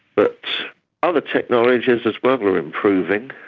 but other technologies as well are improving,